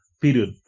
period